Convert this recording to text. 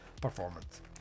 performance